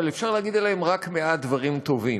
אבל אפשר להגיד עליהם רק מעט דברים טובים.